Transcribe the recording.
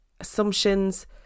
assumptions